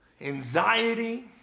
anxiety